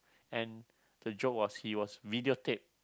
and the joke was he was videotaped